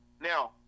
Now